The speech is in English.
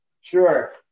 sure